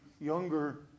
younger